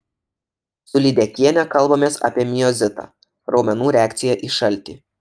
su lydekiene kalbamės apie miozitą raumenų reakciją į šaltį